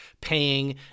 paying